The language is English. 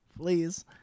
Please